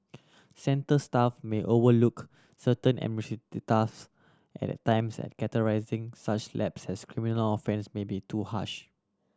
centre staff may overlook certain task at times and categorising such lapses criminal offence may be too harsh